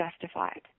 justified